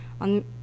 on